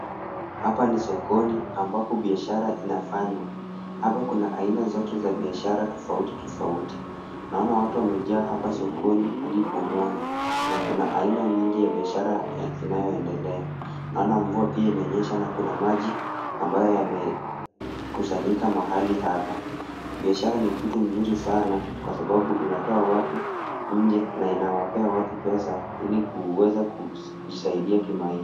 Hapa ni sokoni ambapo biashara inafanywa. Hapa kuna aina zote za biashara tofauti tofauti, naona watu wamejaa hapa sokoni hadi pomoni na kuna aina mingi ya biashara inayoendelea. Naona mvua pia imenyesha na kuna maji ambayo yamekusanyika mahali hapa. Biashara ni kitu mzuri sana kwa sababu inatoa watu nje na inawapea watu pesa ili kuweza kujisaidia kimaisha.